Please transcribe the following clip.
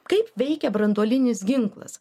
kaip veikia branduolinis ginklas